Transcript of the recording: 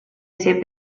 ser